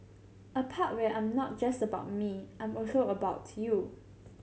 a part where I'm not just about me I'm also about you